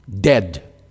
dead